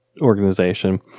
organization